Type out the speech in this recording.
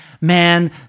man